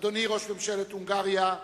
אדוני ראש ממשלת הונגריה,